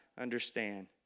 understand